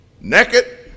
naked